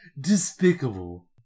despicable